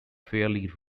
fairly